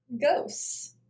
Ghosts